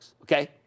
okay